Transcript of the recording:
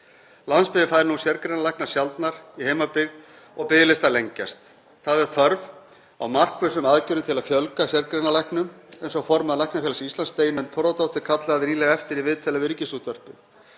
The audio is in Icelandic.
Landsbyggðin fær nú sérgreinalækna sjaldnar í heimabyggð og biðlistar lengjast. Það er þörf á markvissum aðgerðum til að fjölga sérgreinalæknum eins og formaður Læknafélags Íslands, Steinunn Þórðardóttir, kallaði nýlega eftir í viðtali við Ríkisútvarpið.